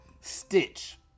stitch